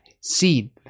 seed